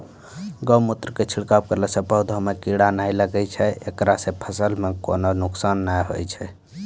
गोमुत्र के छिड़काव करला से पौधा मे कीड़ा नैय लागै छै ऐकरा से फसल मे कोनो नुकसान नैय होय छै?